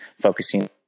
focusing